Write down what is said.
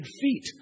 feet